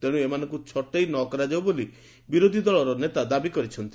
ତେଣୁ ଏମାନଙ୍ଙୁ ଛଟେଇ ନ କରା ଯାଉ ବୋଲି ବିରୋଧୀ ଦଳର ନେତା ଦାବି କରିଛନ୍ତି